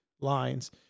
lines